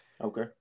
Okay